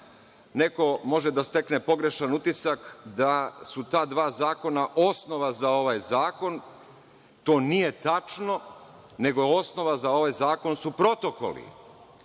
neko može da stekne pogrešan utisak da su ta dva zakona osnova za ovaj zakon. To nije tačno, nego su osnova za ovaj zakon protokoli